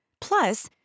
Plus